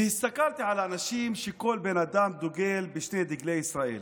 והסתכלתי על האנשים שכל בן אדם דוגל בשני דגלי ישראל.